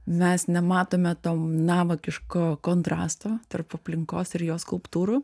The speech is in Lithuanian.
mes nematome to navakiško kontrasto tarp aplinkos ir jo skulptūrų